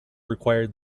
required